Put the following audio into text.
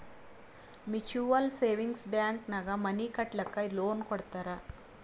mutual savings bank ನಾಗ್ money ಕಟ್ಟಲಕ್ಕ್ loan ಕೊಡ್ತಾರ್